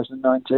2019